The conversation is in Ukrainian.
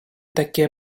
таке